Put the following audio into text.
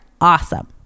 awesome